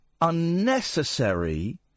unnecessary